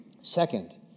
Second